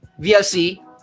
vlc